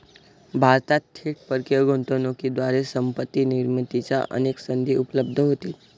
भारतात थेट परकीय गुंतवणुकीद्वारे संपत्ती निर्मितीच्या अनेक संधी उपलब्ध होतील